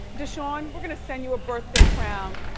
deshawn, we're gonna send you a birthday crown.